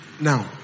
Now